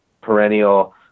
perennial